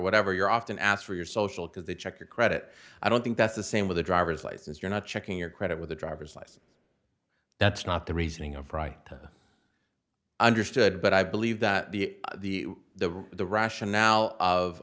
whatever you're often asked for your social because they check your credit i don't think that's the same with a driver's license you're not checking your credit with a driver's license that's not the reasoning of right understood but i believe that the the the the rationale of